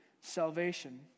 salvation